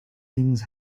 things